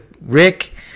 Rick